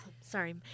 Sorry